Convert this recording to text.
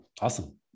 awesome